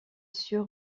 sûr